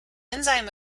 enzyme